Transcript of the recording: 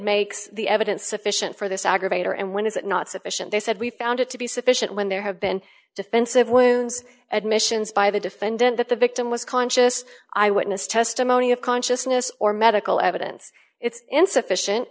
makes the evidence sufficient for this aggravator and when is it not sufficient they said we found it to be sufficient when there have been defensive wounds admissions by the defendant that the victim was conscious eyewitness testimony of consciousness or medical evidence it's insufficient